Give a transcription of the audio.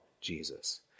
Jesus